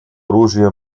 оружие